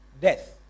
death